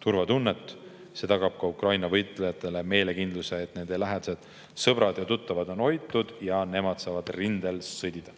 turvatunnet. See tagab Ukraina võitlejatele meelekindluse, et nende lähedased, sõbrad ja tuttavad on hoitud ja nemad saavad rindel sõdida.